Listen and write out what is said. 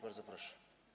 Bardzo proszę.